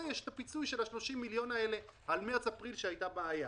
יש את הפיצוי של 30 מיליון שקל על מרץ אפריל ששם הייתה בעיה.